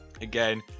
again